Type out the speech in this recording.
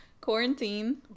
Quarantine